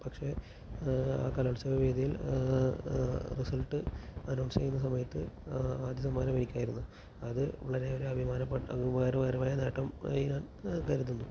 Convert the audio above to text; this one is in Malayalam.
പക്ഷെ ആ കലോത്സവ വേദിയിൽ റിസൾട്ട് അനോൺസ് ചെയ്യുന്ന സമയത്തു ആദ്യ സമ്മാനം എനിക്കായിരുന്നു അത് വളരെ ഒരു അഭിമാനപ്പെട്ട ഉപകാരപരമായ നേട്ടം ആയി ഞാൻ കരുതുന്നു